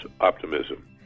optimism